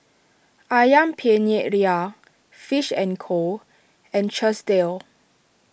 Ayam Penyet Ria Fish and Co and Chesdale